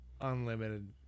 unlimited